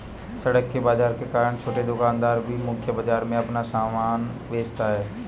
सड़क के बाजार के कारण छोटे दुकानदार भी मुख्य बाजार में अपना सामान बेचता है